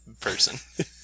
person